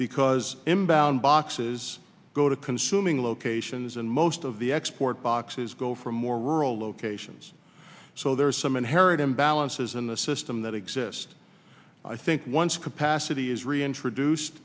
because imbalance boxes go to consuming locations and most of the export boxes go for more rural locations so there's some inherent imbalances in the system that exist i think once capacity is reintroduced